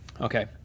Okay